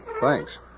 Thanks